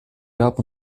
gab